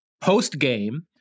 Post-game